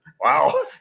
wow